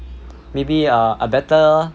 maybe a a better